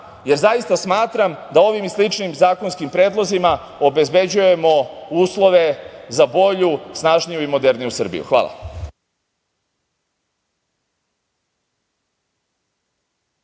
jer zaista smatram da ovim i sličnim zakonskim predlozima obezbeđujemo uslove za bolju, snažniju i moderniju Srbiju. Hvala.